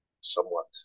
somewhat